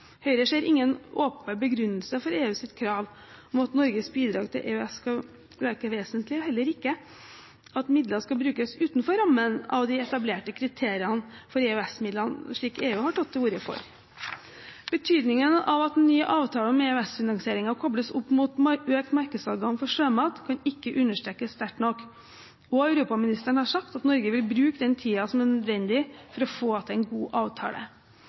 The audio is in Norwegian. Høyre ser ingen åpenbar begrunnelse for EUs krav om at Norges bidrag til EØS skal øke vesentlig, og heller ikke at midler skal brukes utenfor rammen av de etablerte kriteriene for EØS-midlene, slik EU har tatt til orde for. Betydningen av at en ny avtale om EØS-finansieringen kobles opp mot økt markedstilgang for sjømat, kan ikke understrekes sterkt nok, og europaministeren har sagt at Norge vil bruke den tiden som er nødvendig for å få til en god avtale.